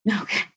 Okay